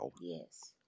Yes